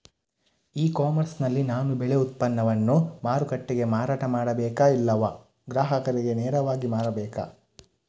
E commerce ನಲ್ಲಿ ನಾನು ಬೆಳೆ ಉತ್ಪನ್ನವನ್ನು ಮಾರುಕಟ್ಟೆಗೆ ಮಾರಾಟ ಮಾಡಬೇಕಾ ಇಲ್ಲವಾ ಗ್ರಾಹಕರಿಗೆ ನೇರವಾಗಿ ಮಾರಬೇಕಾ?